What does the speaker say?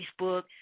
Facebook